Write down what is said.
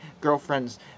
girlfriend's